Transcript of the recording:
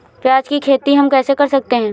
प्याज की खेती हम कैसे कर सकते हैं?